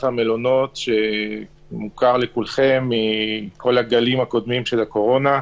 המלונות המוכר מהגלים הקודמים של הקורונה,